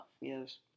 yes